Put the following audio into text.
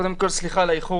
קודם כול סליחה על האיחור,